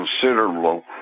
considerable